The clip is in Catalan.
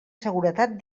seguretat